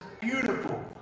beautiful